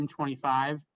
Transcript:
M25